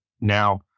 Now